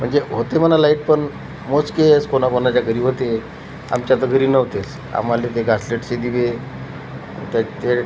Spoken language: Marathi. म्हणजे होते म्हणा लाईट पण मोजकेच कोणाकोणाच्या घरी होते आमच्या तर घरी नव्हतेच आम्हाला ते घासलेटचे दिवे त्यात तेल